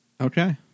Okay